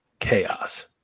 Chaos